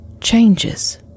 changes